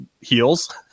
heels